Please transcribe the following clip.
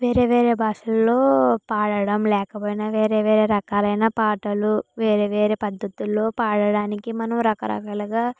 వేరే వేరే బాషలలో పాడడం లేకపోయిన వేరే వేరే రకాలైన పాటలు వేరే వేరే పద్ధతులలో పాడడానికి మనం రకరకాలుగా